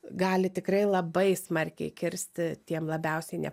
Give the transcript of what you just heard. gali tikrai labai smarkiai kirsti tiem labiausiai ne